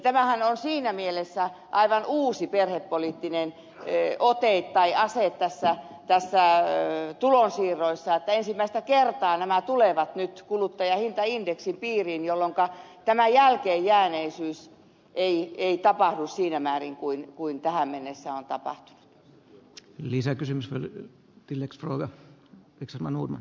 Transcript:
tämähän on siinä mielessä aivan uusi perhepoliittinen ote tai ase tulonsiirroissa että ensimmäistä kertaa nämä tulevat nyt kuluttajahintaindeksin piiriin jolloinka tämä jälkeenjääneisyys ei tapahdu siinä määrin kuin tähän mennessä on tapahtunut